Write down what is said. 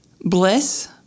bliss